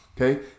Okay